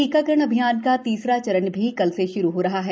टीकाकरण अभियान का तीसरा चरण भी कल से शुरू हो रहा है